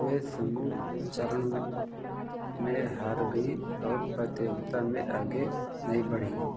वे समूह चरण में हार गईं और प्रतियोगिता में आगे नहीं बढ़ी